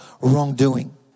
wrongdoing